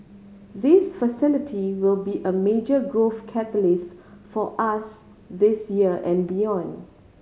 this facility will be a major growth catalyst for us this year and beyond